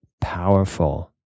powerful